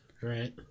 Right